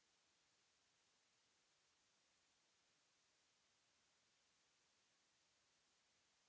Merci